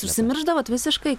užsimiršdavot visiškai